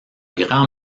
grand